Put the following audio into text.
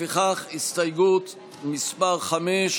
סעיד אלחרומי,